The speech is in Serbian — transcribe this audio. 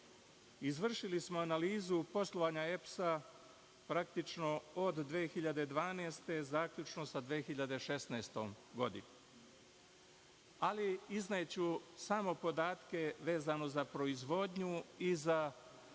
Izvršili smo analizu poslovanja EPS-a praktično od 2012. godine zaključno sa 2016. godinom. Ali, izneću samo podatke vezano za proizvodnju i za fakturisanu